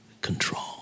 control